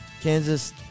Kansas